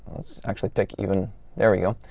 let's actually pick even there we go.